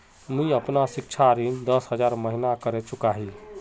मी अपना सिक्षा ऋण दस हज़ार महिना करे चुकाही